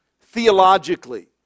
theologically